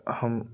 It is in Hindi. हम